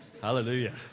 Hallelujah